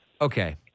Okay